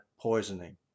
poisoning